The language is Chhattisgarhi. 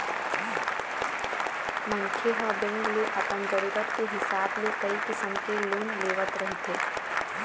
मनखे ह बेंक ले अपन जरूरत के हिसाब ले कइ किसम के लोन लेवत रहिथे